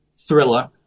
thriller